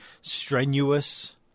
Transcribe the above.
strenuous